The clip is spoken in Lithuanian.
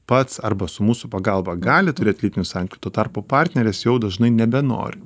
pats arba su mūsų pagalba gali turėt lytinių santykių tuo tarpu partnerės jau dažnai nebenori